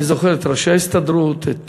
אני זוכר את ראשי ההסתדרות, את